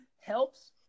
helps